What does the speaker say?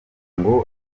ngo